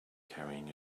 carrying